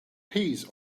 peas